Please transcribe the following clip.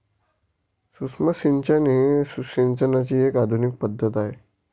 सूक्ष्म सिंचन ही सिंचनाची एक आधुनिक पद्धत आहे